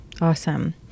Awesome